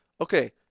Okay